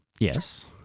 Yes